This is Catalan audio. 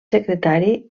secretari